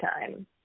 time